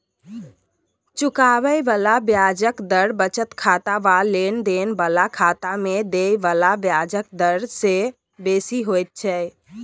चुकाबे बला ब्याजक दर बचत खाता वा लेन देन बला खाता में देय बला ब्याजक डर से बेसी होइत छै